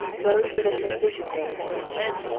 those were the transition days in england.